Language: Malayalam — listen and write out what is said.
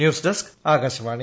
news desk Akashvani